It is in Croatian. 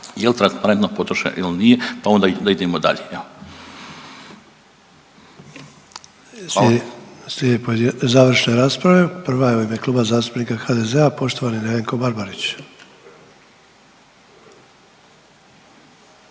je li transparentno potrošeno ili nije pa onda da idemo dalje. Hvala. **Sanader, Ante (HDZ)** Slijedi završne rasprava. Prva je u ime Kluba zastupnika HDZ-a, poštovani Nevenko Barbarić.